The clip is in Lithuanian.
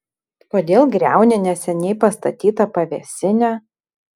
kodėl griauni neseniai pastatytą pavėsinę